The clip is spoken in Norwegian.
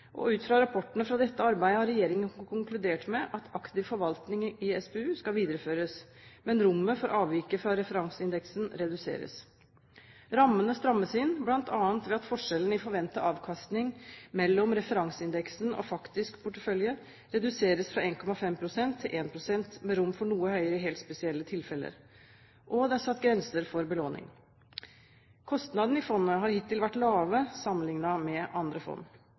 og ut fra rapportene fra dette arbeidet har regjeringen konkludert med at aktiv forvaltning i SPU skal videreføres, men rommet for avviket fra referanseindeksen reduseres. Rammene strammes inn bl.a. ved at forskjellen i forventet avkastning mellom referanseindeksen og faktisk portefølje reduseres fra 1,5 pst. til 1 pst. med rom for noe høyere i helt spesielle tilfeller, og det er satt grenser for belåning. Kostnadene i fondet har hittil vært lave sammenlignet med andre fond.